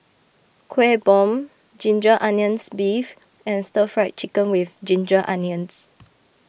Kueh Bom Ginger Onions Beef and Stir Fried Chicken with Ginger Onions